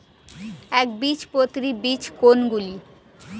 একবীজপত্রী বীজ কোন গুলি?